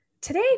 today